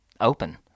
open